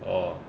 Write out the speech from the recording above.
orh